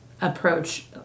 approach